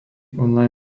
online